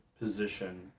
position